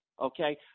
okay